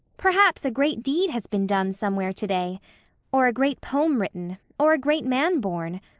perhaps a great deed has been done somewhere today or a great poem written or a great man born.